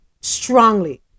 strongly